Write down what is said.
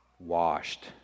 washed